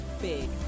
big